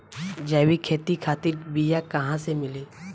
जैविक खेती खातिर बीया कहाँसे मिली?